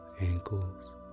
ankles